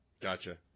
Gotcha